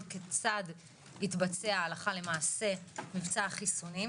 כיצד יתבצע הלכה למעשה מבצע החיסונים.